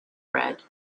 red